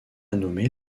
nommer